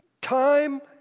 time